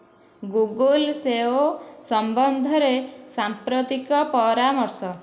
Google SEO ସମ୍ବନ୍ଧରେ ସାମ୍ପ୍ରତିକ ପରାମର୍ଶ